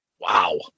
Wow